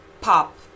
Pop